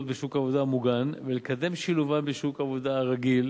בשוק העבודה המוגן ולקדם את שילובם בשוק העבודה הרגיל,